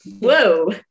whoa